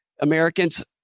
Americans